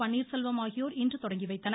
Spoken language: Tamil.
பன்னீாசெல்வம் ஆகியோா் இன்று தொடங்கி வைத்தனர்